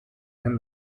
and